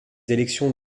élections